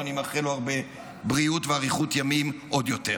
ואני מאחל לו הרבה בריאות ואריכות ימים עוד יותר,